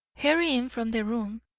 hurrying from the room,